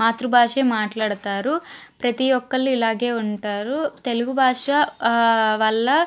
మాతృభాషే మాట్లాడతారు ప్రతి ఒక్కళ్ళు ఇలాగే ఉంటారు తెలుగు భాష వల్ల